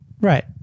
Right